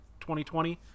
2020